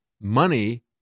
money